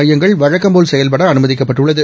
மையங்கள் வழக்கம்போல் செயல்பட அனுமதிக்கப்பட்டுள்ளது